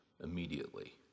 immediately